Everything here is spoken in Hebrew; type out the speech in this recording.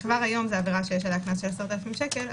כבר היום יש עליה קנס של 10,000 שקל,